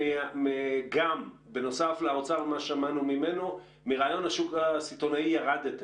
בנוסף למה ששמענו מהאוצר ירדתם מרעיון השוק הסיטונאי?